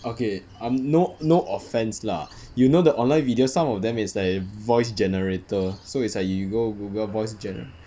okay I'm~ no no offence lah you know the online videos some of them is like voice generator so is like you go google voice generator